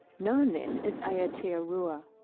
known then as aotearoa.